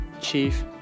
chief